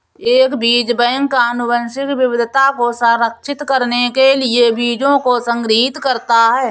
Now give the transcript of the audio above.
एक बीज बैंक आनुवंशिक विविधता को संरक्षित करने के लिए बीजों को संग्रहीत करता है